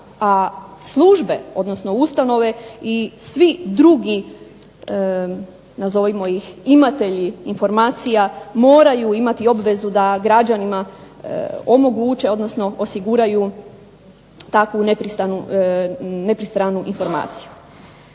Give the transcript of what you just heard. A službe, odnosno ustanove i svi drugi nazovimo ih imatelji informacija moraju imati obvezu da građanima omoguće, odnosno osiguraju takvu nepristranu informaciju.